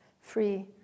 free